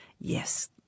Yes